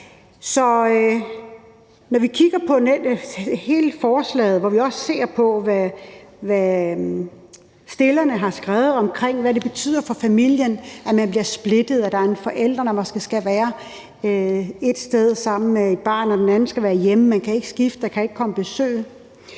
Så vi kigger på hele forslaget, hvor vi også ser på, hvad forslagsstillerne har skrevet omkring, hvad det betyder for familien, at man bliver splittet, at der måske er en forælder, der skal være ét sted sammen med et barn, mens den anden forælder skal være hjemme, og man kan ikke skifte, og der kan ikke komme besøg